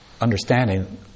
Understanding